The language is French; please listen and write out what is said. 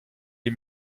les